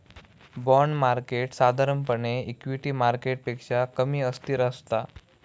bond market साधारणपणे equity मार्केटपेक्षा कमी अस्थिर असता